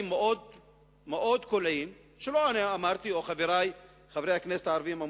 להפנות דברים קולעים שלא אני אמרתי ולא חברי חברי הכנסת הערבים: